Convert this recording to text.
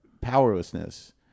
powerlessness